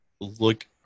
look